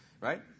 right